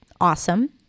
awesome